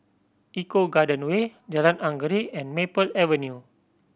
Eco Garden Way Jalan Anggerek and Maple Avenue